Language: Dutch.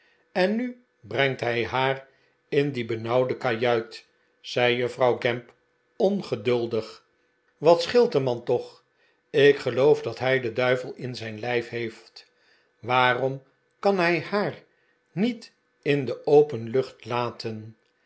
en nu brengt hij haar in die benauwde kajuit zei juffrouw gamp ongeduldig wat scheelt den man toch ik geloof dat hij den duivel in zijn lijf heeft waarora kan hij haar niet in de open lucht laten